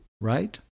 right